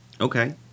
Okay